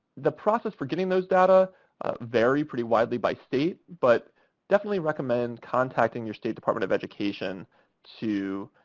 the process for getting those data vary pretty widely by state, but definitely recommend contacting your state department of education to